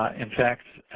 ah in fact,